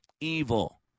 evil